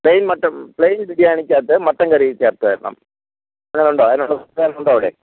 plain mutton plain ബിരിയാണിയ്ക്കകത്ത് mutton curry ചേർത്ത് തരണം അങ്ങനെ ഉണ്ടോ അതിനുള്ള ഉണ്ടോ അവിടെ